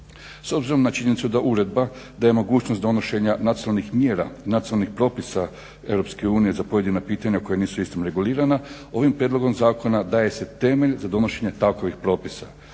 S obzirom na činjenicu da uredba te mogućnost donošenja nacionalnih mjera i nacionalnih propisa EU za pojedina pitanja koja nisu istom regulirana ovim prijedlogom zakona daje se temelj za donošenje takvih propisa.